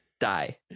Die